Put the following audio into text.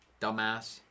Dumbass